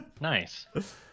Nice